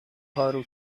پارو